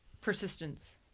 persistence